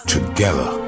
Together